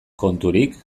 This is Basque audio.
konturik